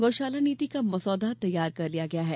गौ शाला नीति का मसौदा तैयार कर लिया गया है